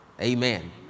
Amen